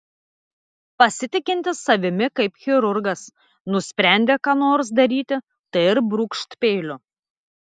pasitikintis savimi kaip chirurgas nusprendė ką nors daryti tai ir brūkšt peiliu